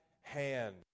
hand